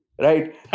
right